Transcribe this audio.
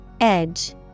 Edge